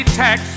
tax